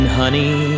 honey